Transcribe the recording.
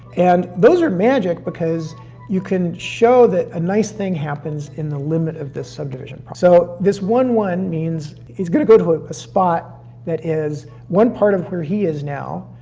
and those are magic because you can show that a nice thing happens in the limit of this subdivision. so this one, one means it's gonna go to ah a spot that is one part of where he is now,